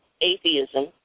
atheism